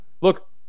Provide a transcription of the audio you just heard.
look